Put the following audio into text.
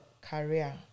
career